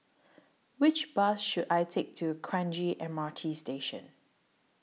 Which Bus should I Take to Kranji M R T Station